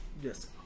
Yes